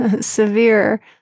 severe